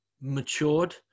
matured